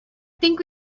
think